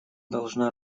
должна